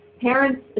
parents